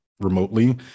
remotely